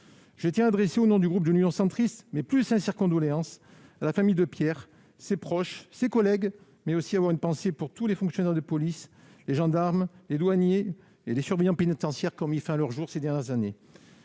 Je tiens à adresser au nom du groupe Union Centriste mes plus sincères condoléances à la famille de Pierre, à ses proches et à ses collègues, mais également à avoir une pensée pour tous les fonctionnaires de police, de gendarmerie, des douanes et de l'administration pénitentiaire qui ont mis fin à leurs jours ces dernières années.